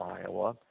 Iowa